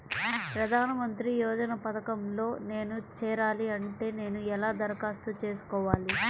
ప్రధాన మంత్రి యోజన పథకంలో నేను చేరాలి అంటే నేను ఎలా దరఖాస్తు చేసుకోవాలి?